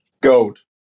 Gold